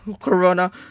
corona